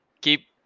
Keep